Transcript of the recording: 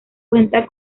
cuenta